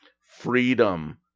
freedom